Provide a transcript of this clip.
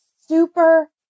super